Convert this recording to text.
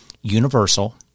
universal –